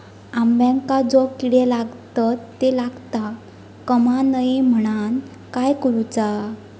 अंब्यांका जो किडे लागतत ते लागता कमा नये म्हनाण काय करूचा?